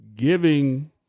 Giving